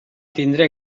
tindre